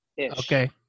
Okay